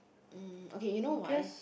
mm okay you know why